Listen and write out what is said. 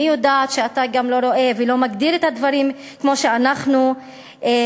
אני יודעת שאתה גם לא רואה ולא מגדיר את הדברים כמו שאנחנו מגדירים.